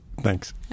Thanks